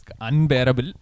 unbearable